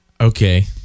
Okay